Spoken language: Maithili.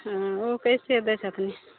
हँ ओ कैसे दै छथिन